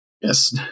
Yes